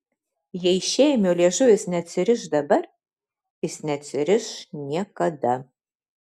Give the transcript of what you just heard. jei šėmio liežuvis neatsiriš dabar jis neatsiriš niekada